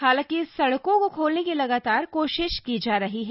हालांकि सड़कों को खोलने की लगातार कोशिश की जा रही है